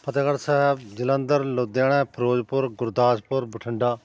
Fatehgarh Sahib Jalandhar Ludhiana Ferozepur Gurdaspur Bathinda